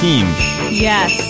Yes